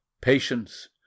patience